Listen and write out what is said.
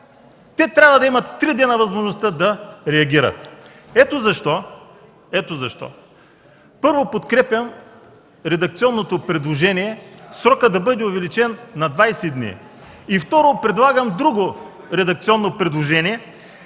те трябва да имат три дни възможността да реагират. Ето защо, първо, подкрепям редакционното предложение срокът да бъде увеличен на двадесет дни. Второ, предлагам друго редакционно предложение,